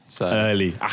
Early